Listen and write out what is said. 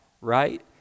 right